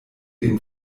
den